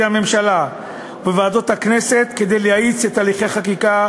הממשלה ובוועדות הכנסת כדי להאיץ את הליכי החקיקה